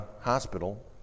hospital